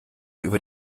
über